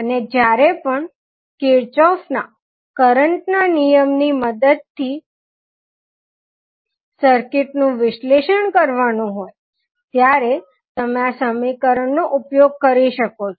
અને જ્યારે પણ કિર્ચોફ ના કરંટ ના નિયમની મદદથી સર્કિટ નું વિશ્લેષણ કરવાનું હોય ત્યારે તમે આ સમીકરણ નો ઉપયોગ કરી શકો છો